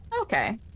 Okay